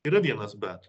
yra vienas bet